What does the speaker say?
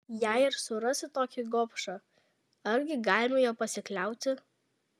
jei ir surasi tokį gobšą argi galima juo pasikliauti